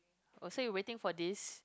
oh so you waiting for this